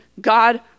God